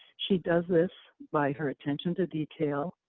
she does this, by her attention to detail.